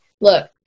look